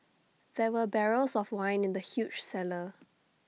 there were barrels of wine in the huge cellar